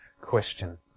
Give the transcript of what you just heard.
question